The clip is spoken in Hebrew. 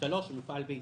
הוא מופעל בישראל,